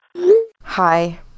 Hi